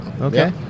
okay